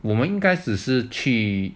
我们应该只是去